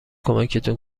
کمکتون